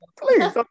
please